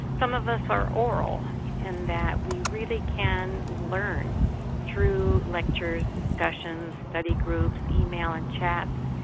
some of us are aural in that we really can learn through lectures, discussions, study groups, email and chats.